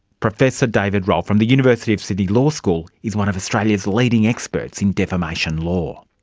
professor david rolph from the university of sydney law school is one of australia's leading experts in defamation law.